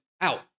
out